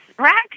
Rack